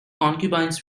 concubines